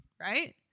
right